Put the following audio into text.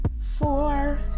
Four